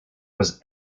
was